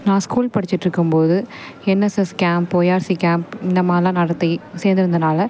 நான் ஸ்கூல் படிச்சுட்டு இருக்கும் போது என்எஸ்எஸ் கேம்ப் ஒய்ஆர்சி கேம்ப் இந்த மாதிரிலாம் நடத்தி சேர்ந்து இருந்தனாலே